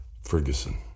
Ferguson